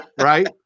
right